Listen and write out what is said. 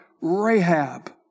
Rahab